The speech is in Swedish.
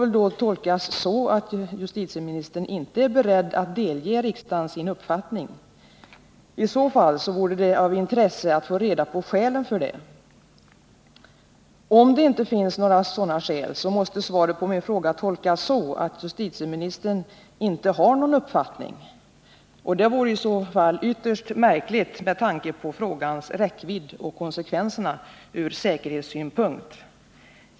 Det får tolkas så, att justitieministern inte är beredd att delge riksdagen sin uppfattning. Om denna tolkning är riktig, vore det av intresse att få reda på skälen för detta. Om det inte finns några sådana skäl, måste svaret på min fråga tolkas så, att justitieministern inte har någon uppfattning. Det vore i så fall ytterst märkligt, med hänsyn till frågans räckvidd och konsekvenserna från säkerhetssynpunkt.